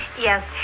Yes